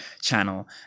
channel